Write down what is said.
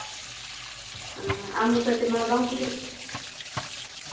ᱟᱢ ᱢᱚᱛᱚᱡ ᱛᱮᱢᱟ ᱵᱟᱝ ᱦᱩᱭᱩᱜ